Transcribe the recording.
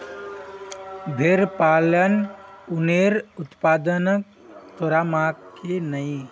भेड़ पालन उनेर उत्पादन करवार तने करछेक